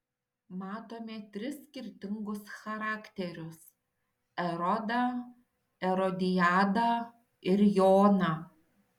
matome tris skirtingus charakterius erodą erodiadą ir joną